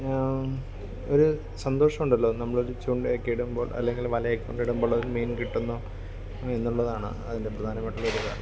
ഒര് സന്തോഷമുണ്ടല്ലോ നമ്മളൊര് ചൂണ്ടയൊക്കെ ഇടുമ്പോൾ അല്ലെങ്കില് വല കൊണ്ടിടുമ്പോളതില് മീൻ കിട്ടുന്നു എന്നുള്ളതാണ് അതിൻ്റെ പ്രധാനപ്പെട്ട ഒരു കാരണം